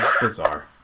bizarre